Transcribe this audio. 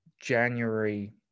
january